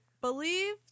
believe